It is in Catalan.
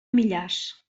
millars